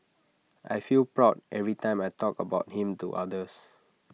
I feel proud every time I talk about him to others